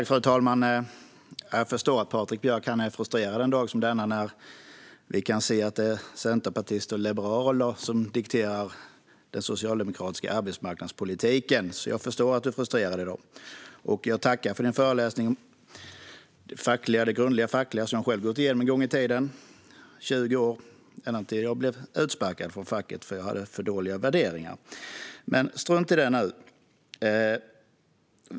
Fru talman! Jag förstår att Patrik Björck är frustrerad en dag som denna, när vi kan se att det är centerpartister och liberaler som dikterar den socialdemokratiska arbetsmarknadspolitiken. Jag tackar för din föreläsning om det grundläggande fackliga som jag själv har gått igenom en gång i tiden under 20 år, ända till dess att jag blev utsparkad från facket därför att jag hade för dåliga värderingar. Men strunt i det nu.